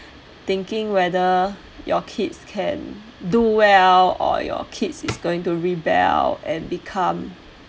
thinking whether your kid can do well or your kid is going to rebel and become